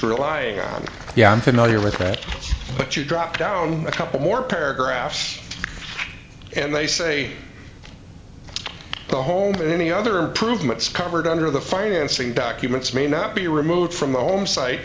relying on yeah i'm familiar with that but you drop down a couple more paragraphs and they say go home and any other improvements covered under the financing documents may not be removed from the home site